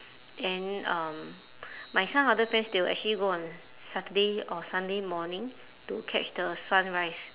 and um my some other friends they will actually go on saturday or sunday morning to catch the sunrise